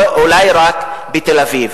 אולי רק בתל-אביב.